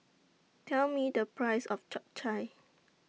Tell Me The Price of Chap Chai